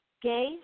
gay